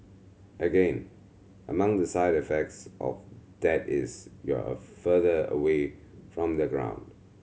again among the side effects of that is you're further away from the ground